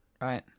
right